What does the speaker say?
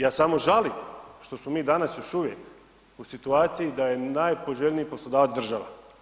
Ja samo žalim što smo mi danas još uvijek u situaciji da je najpoželjniji poslodavac država.